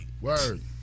Word